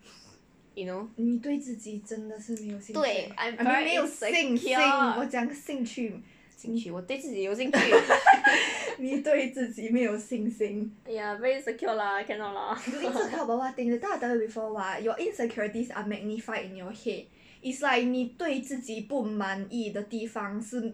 you know 对 I am very insecure 兴趣我对自己有兴趣 ya very insecure lah I cannot lah